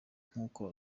nk’uko